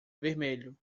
vermelho